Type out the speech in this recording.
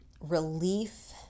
relief